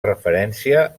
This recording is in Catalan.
referència